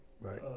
Right